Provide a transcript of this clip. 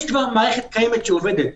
יש כבר מערכת קיימת שעובדת,